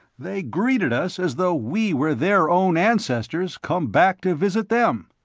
they greeted us as though we were their own ancestors come back to visit them.